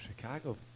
Chicago